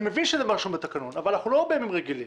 אני מבין שזה חלק מהתקנון אבל אנחנו לא בימים רגילים.